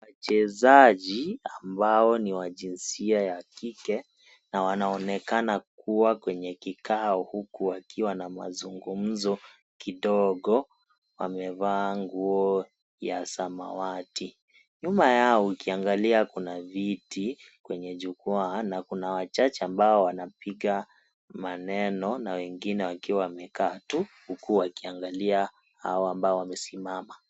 Wachezaji ambao ni wa jinsia ya kike, na wanaonekana kuwa kwenye kikao huku wakiwa na mazungumzo kidogo, wamevaa nguo ya samawati. Nyuma yao ukiangalia kuna viti, kwenye jukwaa na kuna wachache ambao wanapiga maneno, na wengine wakiwa wamekaa tu, huku wakiangalia hawa ambao wamesimama.